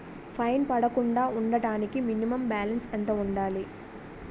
Fine పడకుండా ఉండటానికి minimum balance ఎంత ఉండాలి?